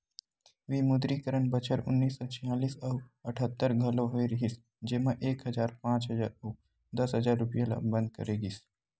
विमुद्रीकरन बछर उन्नीस सौ छियालिस अउ अठत्तर घलोक होय रिहिस जेमा एक हजार, पांच हजार अउ दस हजार रूपिया ल बंद करे गिस